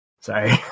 Sorry